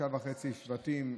תשעה שבטים וחצי,